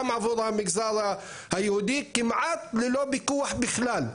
עבור המגזר היהודי כמעט ללא פיקוח בכלל.